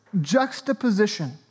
juxtaposition